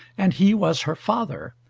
and he was her father,